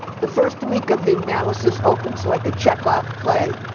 the first week of the analysis opens like a chekhov play.